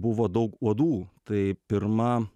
buvo daug uodų tai pirma